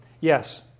yes